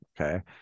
okay